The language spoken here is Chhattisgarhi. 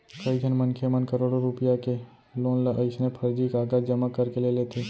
कइझन मनखे मन करोड़ो रूपिया के लोन ल अइसने फरजी कागज जमा करके ले लेथे